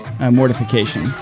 mortification